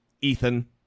Ethan